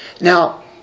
Now